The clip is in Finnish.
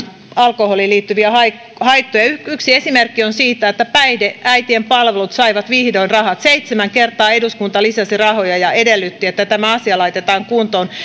alkoholiin liittyviä haittoja yksi esimerkki siitä on että päihdeäitien palvelut saivat vihdoin rahat seitsemän kertaa eduskunta lisäsi rahoja ja edellytti että tämä asia laitetaan kuntoon